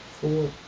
Four